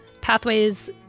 pathways